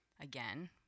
Again